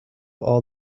all